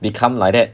become like that